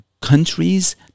countries